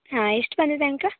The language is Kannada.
ಹಾಂ ಎಷ್ಟು ಬಂದಿದೆ ಅಂಕ